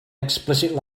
explicit